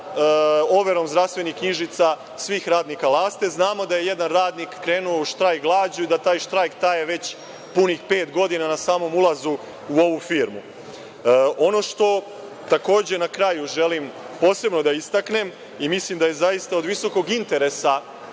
overom zdravstvenih knjižica svih radnika „Laste“. Znamo da je jedan radnik krenuo u štrajk glađu i taj štrajk traje već punih pet godina na samom ulazu u ovu firmu. Ono što takođe na kraju želim posebno da istaknem i mislim da je zaista od visokog interesa